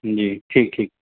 جی ٹھیک ٹھیک